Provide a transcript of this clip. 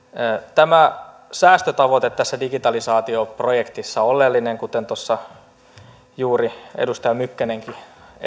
tämä säästötavoite tässä digitalisaatioprojektissa on oleellinen kuten tuossa juuri edustaja mykkänenkin